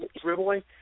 Dribbling